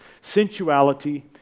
sensuality